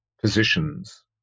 positions